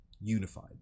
unified